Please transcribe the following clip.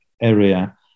area